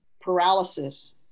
paralysis